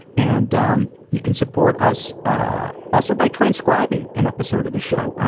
and um you can support us ah also by transcribing an episode of the show.